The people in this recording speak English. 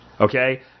Okay